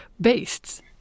beasts